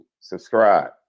subscribe